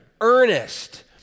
earnest